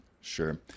Sure